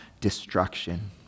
destruction